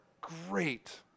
great